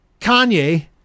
Kanye